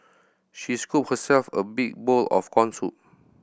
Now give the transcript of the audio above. she scooped herself a big bowl of corn soup